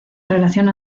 relación